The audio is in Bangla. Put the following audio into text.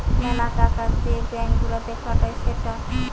মেলা টাকা যে ব্যাঙ্ক গুলাতে খাটায় সেটা